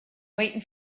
waiting